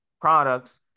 products